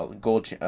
gold